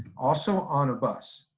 also on a bus,